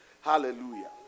Hallelujah